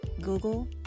Google